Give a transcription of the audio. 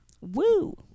Woo